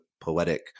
poetic